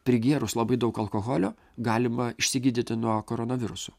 prigėrus labai daug alkoholio galima išsigydyti nuo koronaviruso